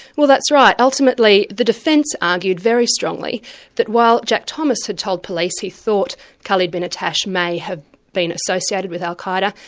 well that's right. ultimately the defence argued very strongly that while jack thomas had told police he thought khali bin attash may have been associated with al-qa'eda,